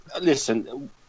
Listen